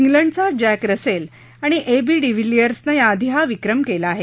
उलंडचा जक्तरसेल आणि A B डिव्हिलिअर्सनं याआधी हा विक्रम केला आहे